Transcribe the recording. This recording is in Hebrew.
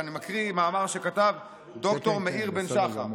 אני מקריא מאמר שכתב ד"ר מאיר בן שחר,